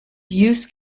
use